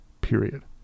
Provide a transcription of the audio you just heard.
period